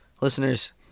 Listeners